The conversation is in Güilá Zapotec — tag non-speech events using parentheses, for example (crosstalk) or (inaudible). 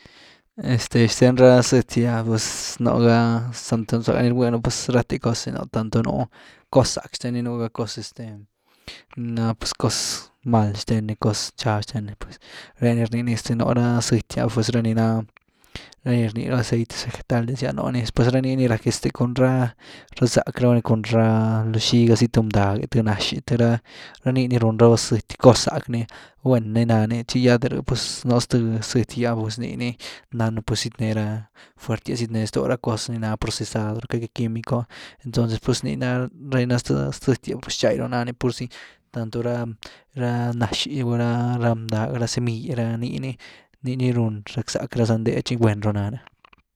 Este xten ra zëty’ah pues nuu ga (unintelligible) zagá ni rgwynu pues ráte cos nii nú. tanto nú cos zack xtenny, nú ga cos este ná pues cos mal xtenny cos nxab xtenny pues ré nii rny ni este nú ra zëty’ah pues ra ni ná, ra ni rnii rabá aceite vegetales gy’ah nuuni después ra nii ni rack este cun ra. riwnzack raba ni cun rá xiga zy th bndag, th nax’y th rá, ranii ni run rabá gus lo zëty, cos zack ni, guen ni náni, tchi ya de rhë, pues npu ztë zëty gy’ah pues nii ni nanú pues zietnee rá fuertyas setneeny ztoo ra cos ni ná procesad, rá quimico, entonces pues nii ná ra ni na zth zëty, pues txay ru nanii pur zi tanto ra-ra nax’y gy gulá rá bndag’e, ra semill ra, nii ni-ni run rackzack ra zandé tchi gwen ru na rï.